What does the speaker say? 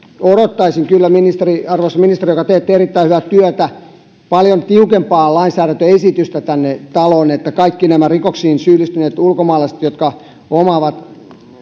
odottaisin kyllä arvoisa ministeri joka teette erittäin hyvää työtä paljon tiukempaa lainsäädäntöesitystä tänne taloon niin että kaikki rikoksiin syyllistyneet ulkomaalaiset jotka omaavat